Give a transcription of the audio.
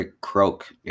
croak